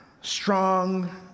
strong